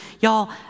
Y'all